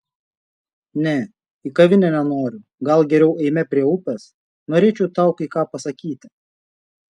ne į kavinę nenoriu gal geriau eime prie upės norėčiau tau kai ką pasakyti